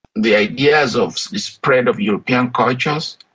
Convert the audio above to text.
the ideas of the spread of european cultures,